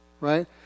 Right